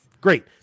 great